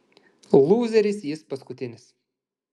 lūzeris jis paskutinis